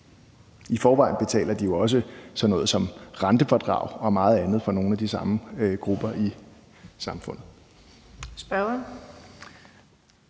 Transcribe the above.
I forvejen betaler de jo også sådan noget som rentefradrag og meget andet for nogle af de samme grupper i samfundet.